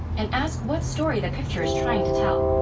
and ask what story the picture is trying to tell.